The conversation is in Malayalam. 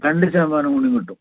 രണ്ട് ശതമാനം കൂടി കിട്ടും